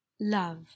Love